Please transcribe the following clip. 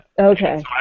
Okay